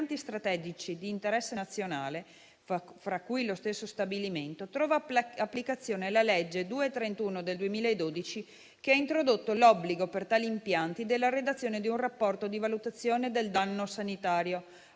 strategici di interesse nazionale, fra cui lo stesso stabilimento, trova applicazione la legge n. 231 del 2012, che ha introdotto l'obbligo per tali impianti della redazione di un rapporto di valutazione del danno sanitario,